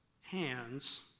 hands